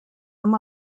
amb